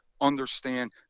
understand